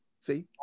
See